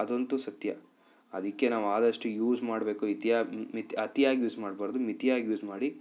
ಅದಂತು ಸತ್ಯ ಅದಕ್ಕೆ ನಾವು ಆದಷ್ಟು ಯೂಸ್ ಮಾಡಬೇಕು ಮಿತಿಯಾ ಮಿತಿ ಅತಿಯಾಗಿ ಯೂಸ್ ಮಾಡಬಾರ್ದು ಮಿತಿಯಾಗಿ ಯೂಸ್ ಮಾಡಿ